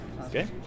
Okay